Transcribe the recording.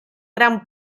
gran